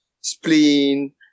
spleen